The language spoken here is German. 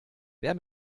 wer